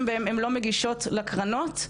הן לא מגישות לקרנות.